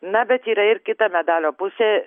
na bet yra ir kita medalio pusė